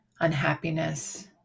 unhappiness